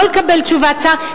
לא לקבל תשובת שר,